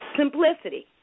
simplicity